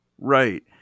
Right